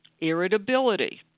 irritability